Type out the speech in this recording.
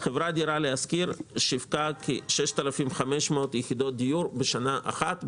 חברת דירה להשכיר שיווקה כ-6,500 יחידות דיור בשנה אחת.